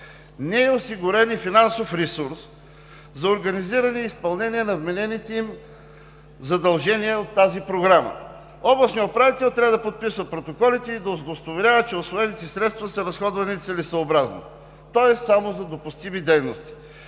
Не е осигурен и финансов ресурс за организиране изпълнение на вменените им задължения от тази Програма. Областният управител трябва да подписва протоколите и да удостоверява, че усвоените средства са разходвани целесъобразно – само за допустими дейности.